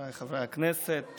חברי הכנסת,